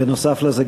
ונוסף על זה,